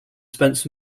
spent